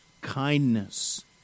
kindness